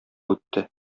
үтте